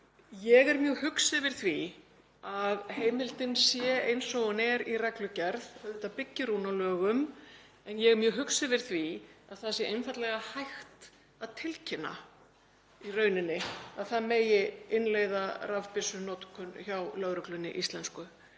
Ég er mjög hugsi yfir því að heimildin sé eins og hún er í reglugerð, auðvitað byggir hún á lögum en ég er mjög hugsi yfir því að það sé einfaldlega hægt að tilkynna í rauninni að það megi innleiða rafbyssunotkun hjá íslensku